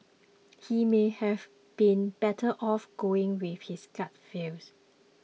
he may have been better off going with his gut feel